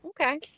Okay